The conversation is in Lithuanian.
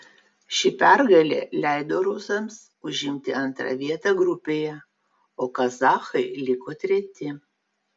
ši pergalė leido rusams užimti antrą vietą grupėje o kazachai liko treti